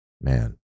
Man